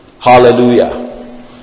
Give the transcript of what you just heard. Hallelujah